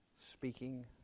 Speaking